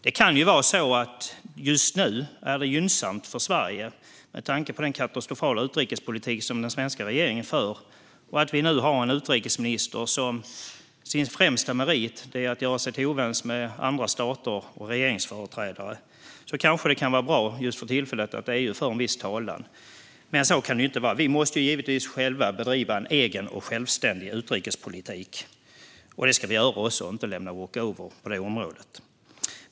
Det kan ju vara så att det just nu är gynnsamt för Sverige - med tanke på den katastrofala utrikespolitik som den svenska regeringen för och med tanke på att vi har en utrikesminister vars främsta merit är att göra sig osams med andra stater och deras regeringsföreträdare kanske det kan vara bra att EU just för tillfället i viss mån för vår talan. Men så kan det inte vara; vi måste givetvis själva bedriva en egen och självständig utrikespolitik, och det ska vi också göra. Vi ska inte lämna walkover på det området.